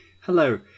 hello